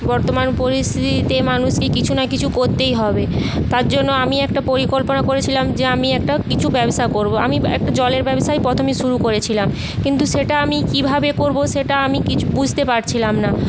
বর্তমান পরিস্থিতিতে মানুষকে কিছু না কিছু করতেই হবে তারজন্য আমি একটা পরিকল্পনা করেছিলাম যে আমি একটা কিছু ব্যবসা করব আমি একটা জলের ব্যবসাই প্রথমে শুরু করেছিলাম কিন্তু সেটা আমি কিভাবে করব সেটা আমি কিছু বুঝতে পারছিলাম না